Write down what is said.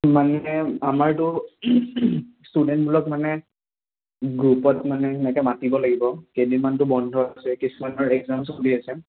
মানে আমাৰতো ষ্টুডেণ্টবোৰক মানে গ্ৰুপত মানে সেনেকৈ মাতিব লাগিব কেইদিনমানটো বন্ধ আছে কিছুমানৰ এক্জাম চলি আছে